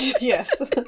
yes